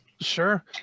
Sure